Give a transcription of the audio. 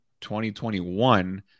2021